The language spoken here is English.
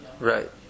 Right